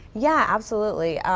yeah absolutely.